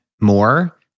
more